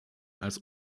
als